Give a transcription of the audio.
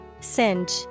Singe